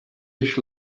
dish